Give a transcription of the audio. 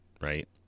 right